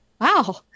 wow